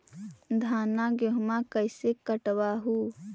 धाना, गेहुमा कैसे कटबा हू?